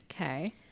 Okay